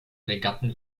regatten